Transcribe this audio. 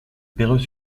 perreux